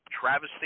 travesty